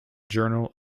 journal